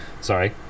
sorry